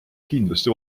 kindlasti